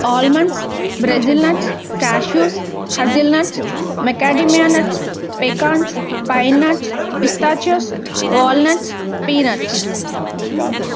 almonds brazil nuts cashews hazelnuts macadamia nuts pecans pine nuts pistachios walnuts peanuts